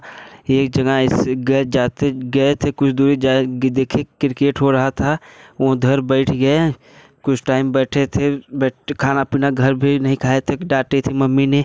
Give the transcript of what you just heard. एक जना इस ग जाते गए थे कुछ दूरी जा कर देखे क्रिकेट हो रहा था उधर बैठ गए कुछ टाइम बैठे थे बैठ खाना पीना घर भी नहीं खाए थे डाटे थी मम्मी ने